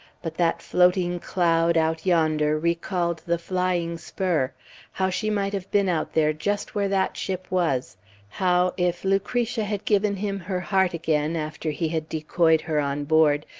but that floating cloud out yonder recalled the flying spur how she might have been out there just where that ship was how, if lucretia had given him her heart again, after he had decoyed her on board,